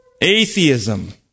atheism